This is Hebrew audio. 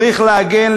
צריך להגן,